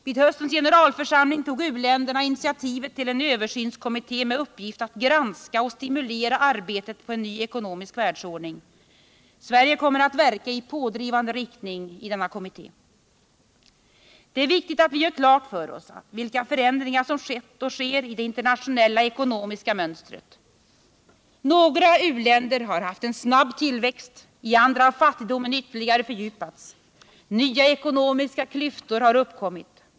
Vid höstens generalförsamling tog u-länderna initiativet till en översynskommitté med uppgift att granska och stimulera arbetet på en ny ekonomisk världsordning. Sverige kommer att verka i pådrivande riktning i denna kommitté. Det är viktigt att vi gör klart för oss vilka förändringar som skett och sker i det internationella ekonomiska mönstret. Några u-länder har haft en snabb tillväxt, i andra har fattigdomen ytterligare fördjupats. Nya ekonomiska klyftor har uppkommit.